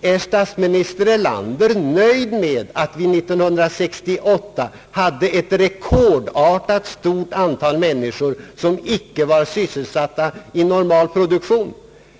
Är statsminister Erlander nöjd med att vi 1968 hade ett rekordartat stort antal människor som icke var sysselsatta i normal produktion?